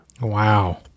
Wow